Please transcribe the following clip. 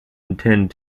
intend